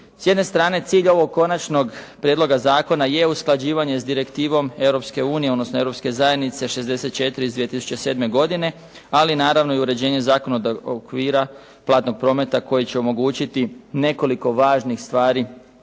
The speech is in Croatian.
S jedne strane cilj ovog Konačnog prijedloga Zakona je usklađivanje s Direktivom Europske unije, odnosno Europske zajednice 64 iz 2007. godine, ali naravno uređivanje zakonodavnog okvira platnog prometa koji će omogućiti nekoliko važnih stvari,